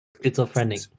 Schizophrenic